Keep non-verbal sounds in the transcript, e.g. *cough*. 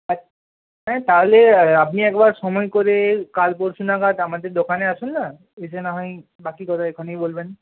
*unintelligible* হ্যাঁ তাহলে আপনি একবার সময় করে কাল পরশু নাগাদ আমাদের দোকানে আসুন না এসে নাহয় বাকি কথা ওখানেই বলবেন